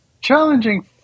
challenging